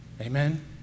Amen